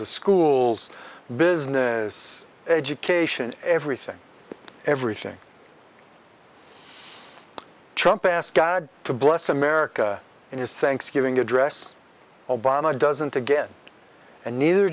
the schools business education everything everything trump asked god to bless america and his thanksgiving address obama doesn't again and neither